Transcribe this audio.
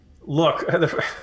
Look